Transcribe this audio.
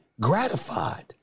gratified